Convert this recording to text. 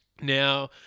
Now